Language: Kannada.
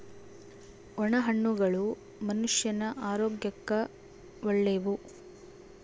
ಒಣ ಹಣ್ಣುಗಳು ಮನುಷ್ಯನ ಆರೋಗ್ಯಕ್ಕ ಒಳ್ಳೆವು